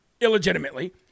illegitimately